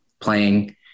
playing